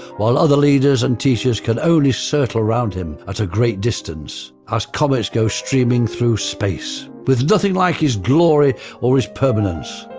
while other leaders and teachers can only circle around him at a great distance, as comets go streaming through space, with nothing like his glory or his permanence.